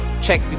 Check